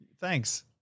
Thanks